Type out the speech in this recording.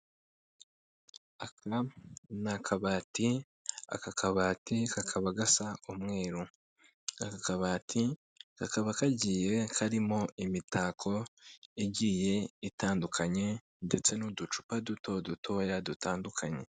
Aka ni akabati, aka kabati kakaba gasa umweru, aka kabati kakaba kagiye karimo imitako igiye itandukanye ndetse n'uducupa duto dutoya dutandukanye.